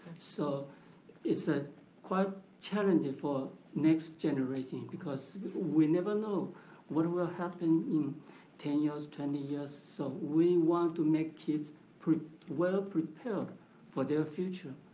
so it's ah quite challenging for next generation because we never know what will happen in ten years, twenty years. so we want to make kids well prepared for their future.